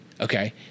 okay